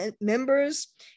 members